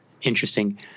interesting